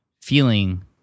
feeling